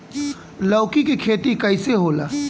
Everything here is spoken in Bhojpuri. लौकी के खेती कइसे होला?